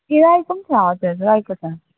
त्यो रायोको पनि छ हजुर रायोको छ